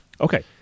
Okay